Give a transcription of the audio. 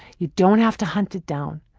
you don't have to hunt it down.